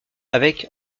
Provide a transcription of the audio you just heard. avec